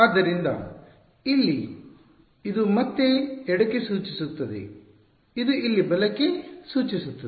ಆದ್ದರಿಂದ ಇಲ್ಲಿ ಇದು ಮತ್ತೆ ಎಡಕ್ಕೆ ಸೂಚಿಸುತ್ತದೆ ಇದು ಇಲ್ಲಿ ಬಲಕ್ಕೆ ಸೂಚಿಸುತ್ತದೆ